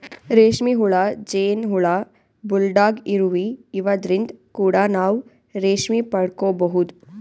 ರೇಶ್ಮಿ ಹುಳ, ಜೇನ್ ಹುಳ, ಬುಲ್ಡಾಗ್ ಇರುವಿ ಇವದ್ರಿನ್ದ್ ಕೂಡ ನಾವ್ ರೇಶ್ಮಿ ಪಡ್ಕೊಬಹುದ್